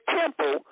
temple